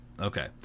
okay